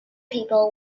people